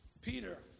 Peter